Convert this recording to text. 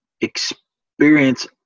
experience